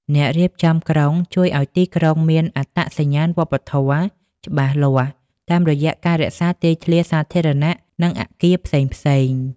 អ្នករៀបចំក្រុងជួយឱ្យទីក្រុងមាន "អត្តសញ្ញាណវប្បធម៌" ច្បាស់លាស់ តាមរយៈការរក្សាទីធ្លាសាធារណៈ និងអាគារផ្សេងៗ។